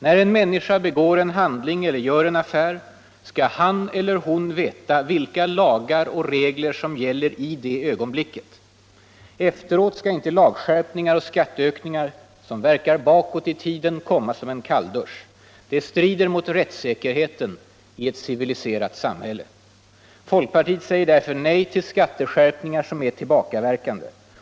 När en människa begår en handling eller gör en affär skall han eller hon veta vilka lagar och regler som gäller i det ögonblicket. Efteråt skall inte lagskärpningar och skatteökningar som verkar bakåt i tiden komma som en kalldusch. Det strider mot rättssäkerheten i ett civiliserat samhälle. Folkpartiet säger nej till skatteskärpningar som är tillbakaverkande.